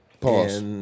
Pause